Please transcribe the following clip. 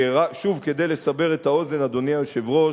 שוב, כדי לסבר את האוזן, אדוני היושב-ראש,